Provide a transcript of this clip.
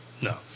No